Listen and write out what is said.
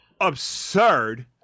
absurd